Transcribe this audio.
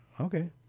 okay